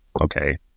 okay